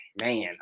man